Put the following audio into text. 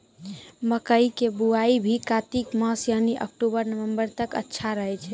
मक्का के बुआई भी कातिक मास यानी अक्टूबर नवंबर तक अच्छा रहय छै